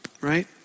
right